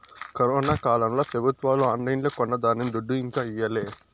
corona కాలంల పెబుత్వాలు ఆన్లైన్లో కొన్న ధాన్యం దుడ్డు ఇంకా ఈయలే